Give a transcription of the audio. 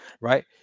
Right